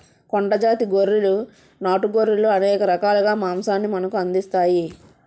కొండ జాతి గొర్రెలు నాటు గొర్రెలు అనేక రకాలుగా మాంసాన్ని మనకు అందిస్తాయి